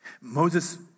Moses